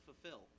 fulfill